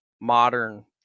modern